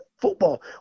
football